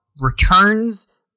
returns